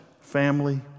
family